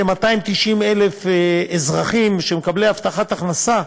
כ-290,000 אזרחים שמקבלים הבטחת הכנסה,